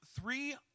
three